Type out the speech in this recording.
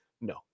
no